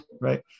right